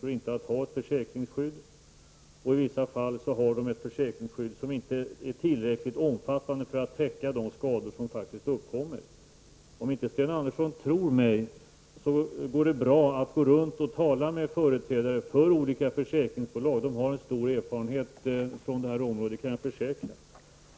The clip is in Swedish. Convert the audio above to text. -- inte har något försäkringsskydd. I vissa fall har man ett försäkringsskydd, men då är detta inte tillräckligt omfattande för att täcka de kostnader som faktiskt uppstår vid olyckor. Om Sten Andersson i Malmö inte tror mig, kan han ju vända sig till företrädare för olika försäkringsbolag. Jag kan försäkra att de har stor erfarenhet från det här området.